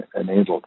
enabled